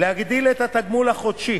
להגדיל את התגמול החודשי